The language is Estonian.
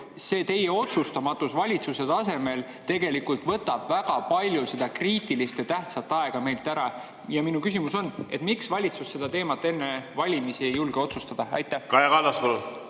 see teie otsustamatus valitsuse tasemel tegelikult võtab väga palju seda kriitilist ja tähtsat aega meilt ära. Ja minu küsimus on: miks valitsus seda teemat enne valimisi ei julge otsustada? Kaja